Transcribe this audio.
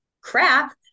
crap